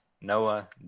Noah